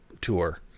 tour